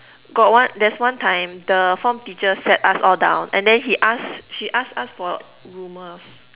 got one there's one time the form teacher sat us all down and then he ask she ask us for rumours